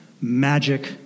magic